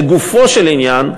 לגופו של עניין,